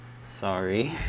Sorry